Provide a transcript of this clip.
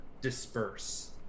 disperse